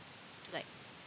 to like